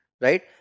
right